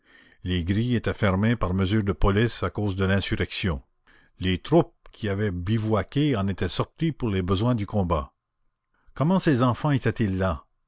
les grilles étaient fermées par mesure de police à cause de l'insurrection les troupes qui y avaient bivouaqué en étaient sorties pour les besoins du combat comment ces enfants étaient-ils là